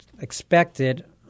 expected